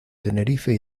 tenerife